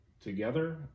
together